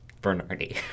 Bernardi